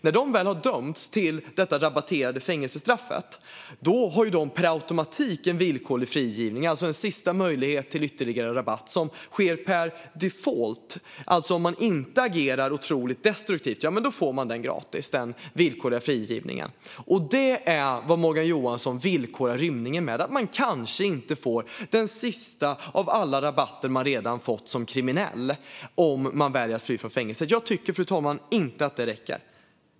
När de väl har dömts till detta rabatterade fängelsestraff har de per automatik en villkorlig frigivning, alltså en sista möjlighet till ytterligare rabatt som sker per default. Om man inte agerar otroligt destruktivt får man den villkorliga frigivningen gratis. Det är vad Morgan Johansson villkorar rymningen med: att man kanske inte får den sista av alla rabatter man redan fått som kriminell om man väljer att fly från fängelset. Jag tycker, fru talman, inte att det räcker.